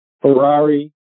Ferrari